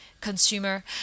consumer